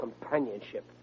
Companionship